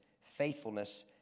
faithfulness